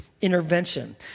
intervention